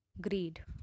Greed